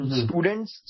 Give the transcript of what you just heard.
students